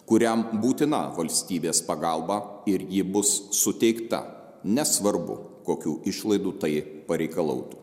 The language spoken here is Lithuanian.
kuriam būtina valstybės pagalba ir ji bus suteikta nesvarbu kokių išlaidų tai pareikalautų